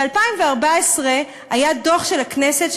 ב-2014 היה דוח של הכנסת,